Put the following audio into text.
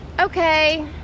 Okay